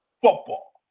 football